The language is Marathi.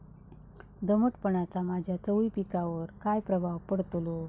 दमटपणाचा माझ्या चवळी पिकावर काय प्रभाव पडतलो?